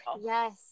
yes